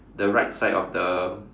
the right side of the